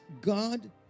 God